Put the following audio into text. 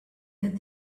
that